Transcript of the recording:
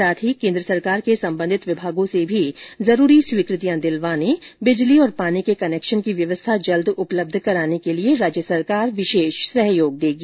साथ ही केन्द्रसरकार के संबंधित विभागों से भी जरूरी स्वीकृतियां दिलवाने बिजली और पानी के कनेक्शन की व्यवस्था जल्द उपलब्ध कराने के लिए राज्य सरकार विशेष सहयोग देगी